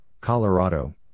Colorado